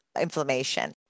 inflammation